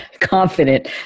confident